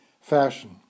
fashion